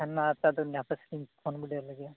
ᱟᱨ ᱦᱟᱯᱮ ᱥᱮ ᱯᱷᱳᱱ ᱵᱤᱰᱟᱹᱣ ᱞᱮᱜᱮ